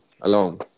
alone